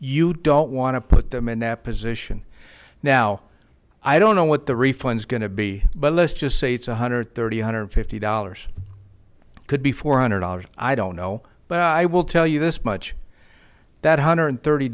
you don't want to put them in that position now i don't know what the refunds going to be but let's just say it's one hundred thirty two hundred fifty dollars could be four hundred dollars i don't know but i will tell you this much that hundred thirty